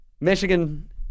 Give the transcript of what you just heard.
Michigan